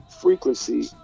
frequency